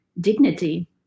dignity